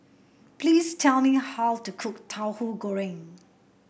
please tell me how to cook Tahu Goreng